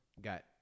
Got